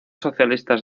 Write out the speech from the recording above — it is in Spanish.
socialistas